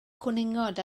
cwningod